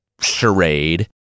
charade